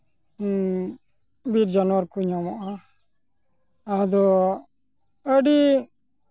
ᱵᱤᱨ ᱡᱟᱱᱣᱟᱨ ᱠᱚ ᱧᱟᱢᱚᱜᱼᱟ ᱟᱫᱚ ᱟᱹᱰᱤ